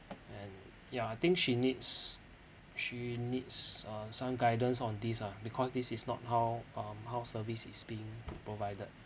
and ya I think she needs she needs uh some guidance on this ah because this is not how um how service is being provided